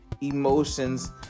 emotions